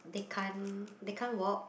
they can't they can't walk